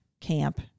camp